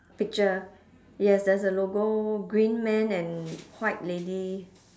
picture yes there's a logo green man and white lady